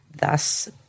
thus